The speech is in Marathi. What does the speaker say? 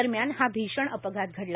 दरम्यान हा भीषण अपघात झाला